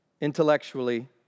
intellectually